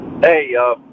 hey